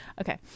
Okay